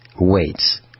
weights